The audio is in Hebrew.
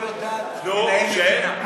היה ויכוח, לא יודעת, נו, ש-?